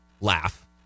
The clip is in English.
laugh